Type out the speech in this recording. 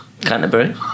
Canterbury